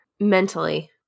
Mentally